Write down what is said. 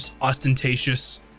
ostentatious